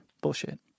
Bullshit